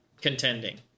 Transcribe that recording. contending